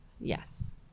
Yes